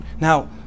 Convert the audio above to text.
Now